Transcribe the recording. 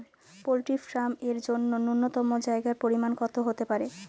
Poultry farm এর জন্য নূন্যতম জায়গার পরিমাপ কত হতে পারে?